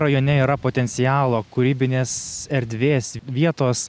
rajone yra potencialo kūrybinės erdvės vietos